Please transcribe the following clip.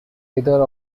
either